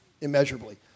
immeasurably